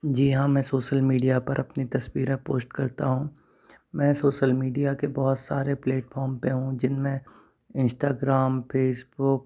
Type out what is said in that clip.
जी हाँ मैं social media पर अपनी तस्वीरें पोस्ट करता हूँ मैं सोसल मीडिया के बहुत सारे प्लेटफॉम पे हूँ जिनमें इंस्टाग्राम फेसबुक